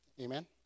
Amen